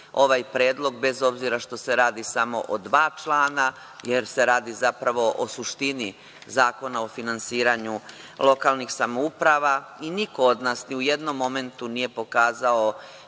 ovaj predlog, bez obzira što se radi samo o dva člana, jer se radi zapravo o suštini Zakona o finansiranju lokalnih samouprava i niko od nas ni u jednom momentu nije pokazao